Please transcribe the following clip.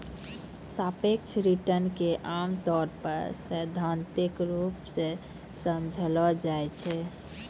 सापेक्ष रिटर्न क आमतौर पर सैद्धांतिक रूप सें समझलो जाय छै